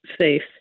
safe